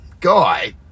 guy